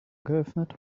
geöffnet